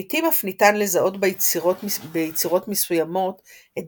לעיתים אף ניתן לזהות ביצירות מסוימות את